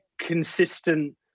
consistent